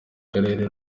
karere